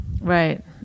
right